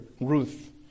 Ruth